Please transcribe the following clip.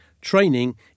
Training